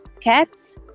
cats